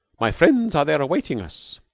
my friends are there awaiting us.